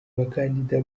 bakandida